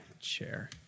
chair